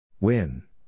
Win